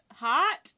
Hot